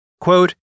Quote